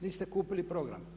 Niste kupili program.